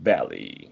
Valley